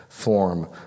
Form